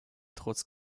trotz